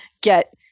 get